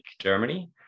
Germany